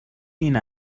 این